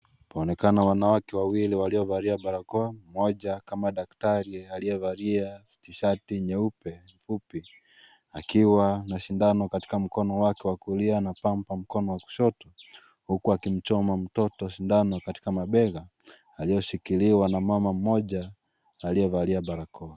Wanaonekana wanawake wawili waliovalia barakoa, mmoja kama daktari aliyevalia shati nyeupe fupi akiwa na sindano katika mkono wake wa kulia na Pambo mkono wa kushoto huku akimchoma mtoto sindano katika mabega aloyeshikiliwa na mama mmoja aliyevalia barakoa.